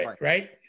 right